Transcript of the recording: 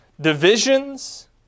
divisions